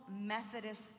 Methodist